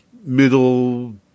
middle